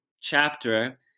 chapter